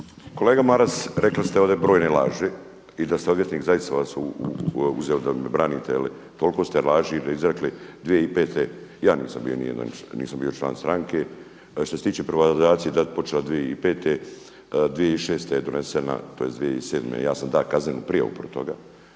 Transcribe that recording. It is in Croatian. Kolega Maras, rekli ste ovdje brojne laži i da ste odvjetnik zaista bih vas uzeo da me branite jer toliko ste laži izrekli, 2005. ja nisam bio ni u jednoj, nisam bio stran članke. Što se tiče privatizacije počela je 2005., 2006. je donesena, tj. 2007. ja sam dao kaznenu prijavu protiv